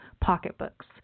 pocketbooks